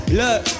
look